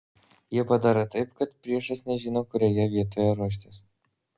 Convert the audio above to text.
jie padaro taip kad priešas nežino kurioje vietoj ruoštis